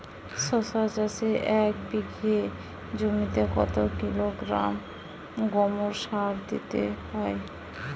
শশা চাষে এক বিঘে জমিতে কত কিলোগ্রাম গোমোর সার দিতে হয়?